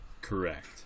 Correct